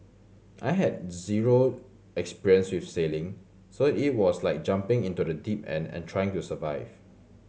I had zero experience with sailing so it was like jumping into the deep end and trying to survive